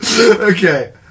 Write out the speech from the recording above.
okay